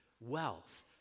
wealth